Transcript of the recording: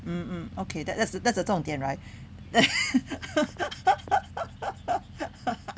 mm okay that that's the that's the 重点 right